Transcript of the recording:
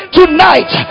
tonight